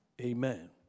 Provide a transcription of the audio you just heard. Amen